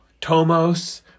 Tomos